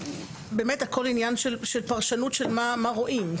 באמת הכל עניין של פרשנות של מה רואים.